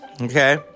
Okay